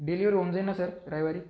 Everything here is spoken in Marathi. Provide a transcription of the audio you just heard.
डिलिव्हर होऊन जाईल ना सर रविवारी